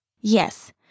Yes